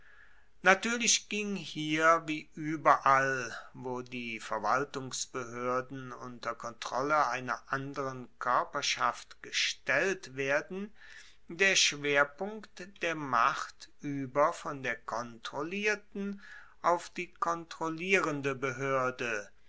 natuerlich ging hier wie ueberall wo die verwaltungsbehoerden unter kontrolle einer anderen koerperschaft gestellt werden der schwerpunkt der macht ueber von der kontrollierten auf die kontrollierende behoerde